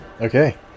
Okay